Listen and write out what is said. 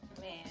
Man